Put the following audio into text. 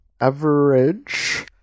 Average